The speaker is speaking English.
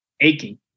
aching